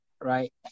right